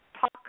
talk